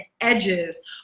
edges